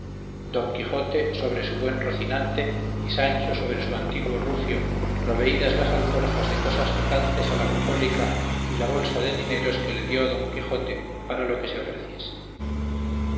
don quijote sobre su buen rocinante y sancho sobre su antiguo rucio proveídas las alforjas de cosas tocantes a la bucólica y la bolsa de dineros que le dio don quijote para lo que se ofreciese